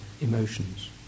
emotions